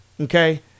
okay